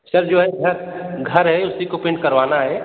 sir जो घर घर है उसी को पेंट करवाना है